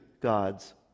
God's